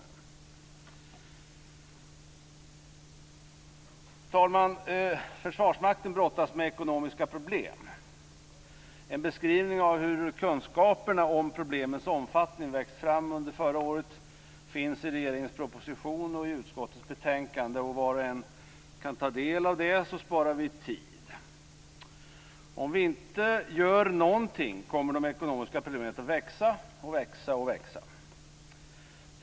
Fru talman! Försvarsmakten brottas med ekonomiska problem. En beskrivning av hur kunskaperna om problemens omfattning växt fram under förra året finns i regeringens proposition och i utskottets betänkande. Var och en kan ta del av det så sparar vi tid. Om vi inte gör någonting kommer de ekonomiska problemen att växa och växa.